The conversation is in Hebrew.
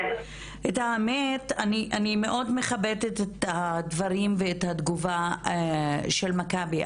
את האמת אני מאוד מכבדת את הדברים ואת התגובה של מכבי,